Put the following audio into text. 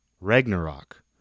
Ragnarok